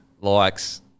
likes